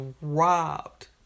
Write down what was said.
robbed